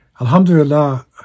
Alhamdulillah